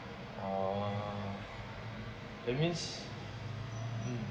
orh that means um